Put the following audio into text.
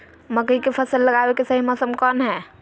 मकई के फसल लगावे के सही मौसम कौन हाय?